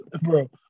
Bro